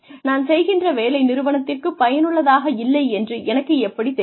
நான் செய்கின்ற வேலை நிறுவனத்திற்குப் பயனுள்ளதாக இல்லை என்று எனக்கு எப்படித் தெரியும்